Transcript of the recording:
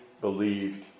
believed